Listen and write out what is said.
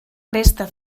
resta